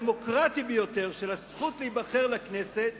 הדמוקרטי ביותר, של הזכות להיבחר לכנסת,